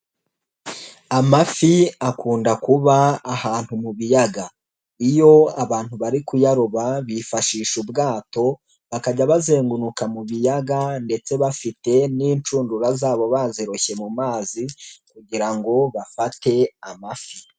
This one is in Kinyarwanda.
Amafi akunda kuba ahantu mu biyaga. Iyo abantu bari kuyaroba bifashisha ubwato, bakajya bazenguruka mu biyaga ndetse bafite n'inshundura zabo baziroshye mu mazi kugira ngo bafate amafi.